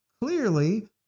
clearly